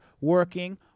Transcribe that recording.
working